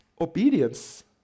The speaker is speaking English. Obedience